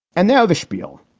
and now the spiel.